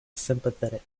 sympathetic